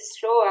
slower